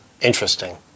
interesting